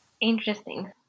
Interesting